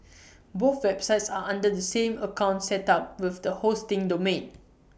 both websites are under the same account set up with the hosting domain